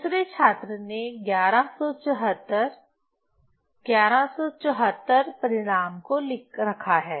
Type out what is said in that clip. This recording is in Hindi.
दूसरे छात्र ने 1174 1174 परिणाम को रखा है